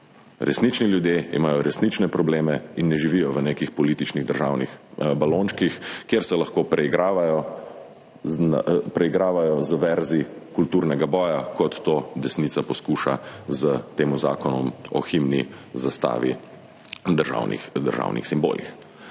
Resnični ljudje imajo resnične probleme in ne živijo v nekih političnih državnih balončkih, kjer se lahko preigravajo z verzi kulturnega boja, kot to desnica poskuša s tem zakonom o himni, zastavi in državnih simbolih.